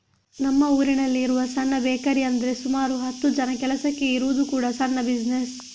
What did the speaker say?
ನಮ್ಮ ಊರಿನಲ್ಲಿ ಇರುವ ಸಣ್ಣ ಬೇಕರಿ ಅಂದ್ರೆ ಸುಮಾರು ಹತ್ತು ಜನ ಕೆಲಸಕ್ಕೆ ಇರುವುದು ಕೂಡಾ ಸಣ್ಣ ಬಿಸಿನೆಸ್